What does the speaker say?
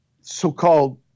so-called